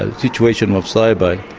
ah situation of saibai,